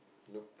nope